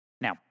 Now